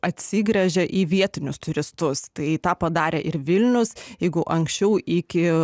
atsigręžia į vietinius turistus tai tą padarė ir vilniaus jeigu anksčiau iki